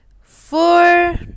Four